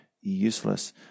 useless